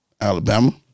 alabama